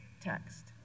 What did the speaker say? text